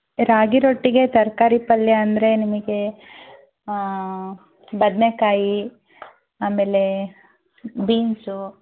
ರಾಗಿ ರೊಟ್ಟಿಗೆ ತರಕಾರಿ ಪಲ್ಯ ಅಂದರೆ ನಿಮಗೆ ಬದನೆಕಾಯಿ ಆಮೇಲೆ ಬೀನ್ಸು